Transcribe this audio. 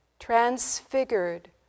transfigured